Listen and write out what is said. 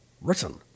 written